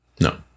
no